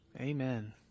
Amen